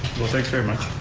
well, thanks very much.